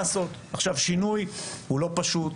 שינוי הוא לא פשוט,